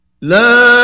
Love